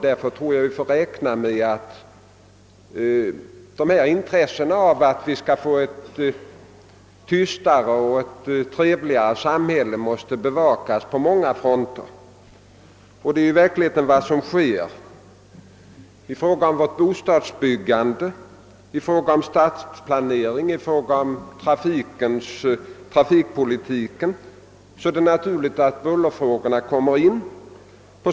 Därför måste intresset av att skapa ett tystare och trevligare samhälle bevakas på många fronter. I verkligheten är detta också vad som sker. I fråga om vårt bostadsbyggande, stadsplanering och trafikpolitik är det naturligt att bullerfrågorna kommer in i bedömningen.